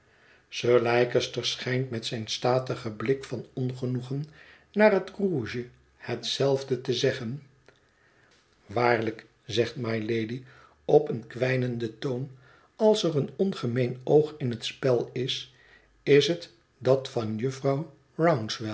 sir leicester schijnt met zijn statigen blik van ongenoegen naar het rouge hetzelfde te zeggen waarlijk zegt mylady op een kwijnenden toon als er een ongemeen oog in het spel is is het dat van jufvrouw